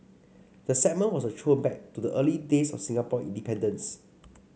the segment was a throwback to the early days of Singapore independence